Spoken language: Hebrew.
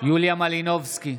יוליה מלינובסקי,